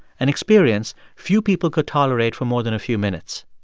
an experience few people could tolerate for more than a few minutes.